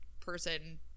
person